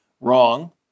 wrong